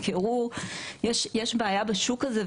יש בעיה בשוק הזה.